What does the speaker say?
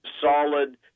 solid